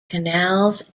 canals